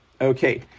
Okay